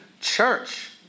church